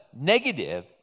negative